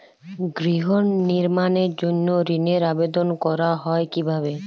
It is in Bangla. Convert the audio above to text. গৃহ নির্মাণের জন্য ঋণের আবেদন করা হয় কিভাবে?